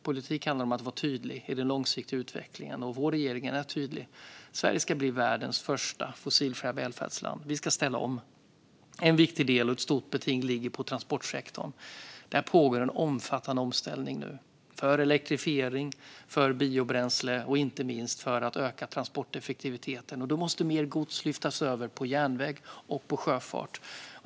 Politik handlar om att vara tydlig i den långsiktiga utvecklingen. Vår regering är tydlig: Sverige ska bli världens första fossilfria välfärdsland. Vi ska ställa om. Svar på interpellationer En viktig del är transportsektorn, och ett stort beting ligger på den. Där pågår nu en omfattande omställning för elektrifiering, för biobränsle och inte minst för att öka transporteffektiviteten. Då måste mer gods lyftas över på järnväg och på sjöfart.